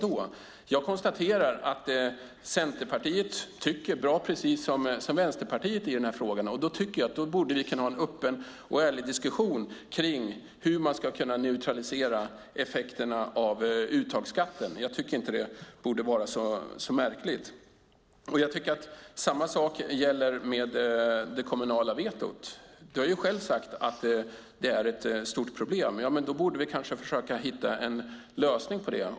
Jag konstaterar att Centerpartiet tycker precis som Vänsterpartiet i den här frågan. Då tycker jag att vi borde kunna ha en öppen och ärlig diskussion kring hur man ska kunna neutralisera effekterna av uttagsskatten. Det borde inte vara så märkligt. Samma sak gäller det kommunala vetot. Du har själv sagt att det är ett stort problem. Då borde vi kanske försöka hitta en lösning på det.